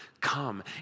come